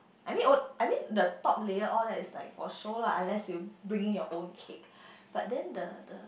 I mean on~ I mean the top layer all that is like for show lah unless you bring in your own cake but then the the